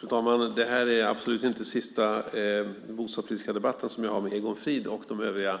Fru talman! Det här är absolut inte den sista bostadspolitiska debatten som jag har med Egon Frid och de övriga